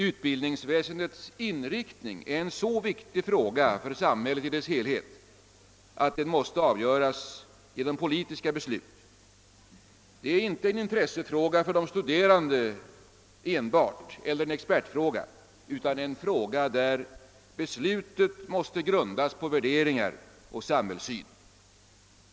Utbildningsväsendets utveckling är ett så viktigt spörsmål för samhället i dess helhet att det måste avgöras genom politiska beslut. Det är inte enbart en intressefråga för de studerande eller en expertfråga utan ett spörsmål varom beslut måste grundas på värderingar och samhällssyn.